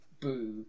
Boo